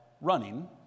running